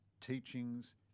teachings